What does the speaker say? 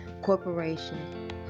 corporation